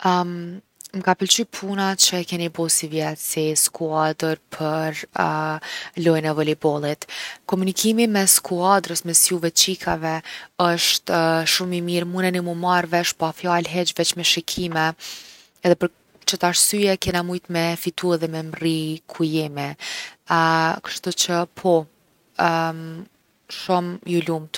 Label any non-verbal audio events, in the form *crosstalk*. *hesitation* m’ka pëlqy puna që e keni bo sivjet si skuadër për *hesitation* lojën e volejbollit. Komunikimi mes skuadrës, mes juve qikave osht *hesitation* shumë i mirë, muneni mu marrë vesh pa fjalë hiq veq me shikimë. Edhe për qët arsyje kena mujt me fitu edhe me mrri ku jemi. *hesitation* kshtuqë po, *hesitation* shumë ju lumtë.